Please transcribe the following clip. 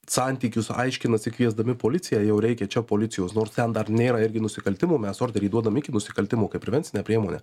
santykius aiškinasi kviesdami policiją jau reikia čia policijos nors ten dar nėra irgi nusikaltimo mes orderį duodam iki nusikaltimo kaip prevencinę priemonę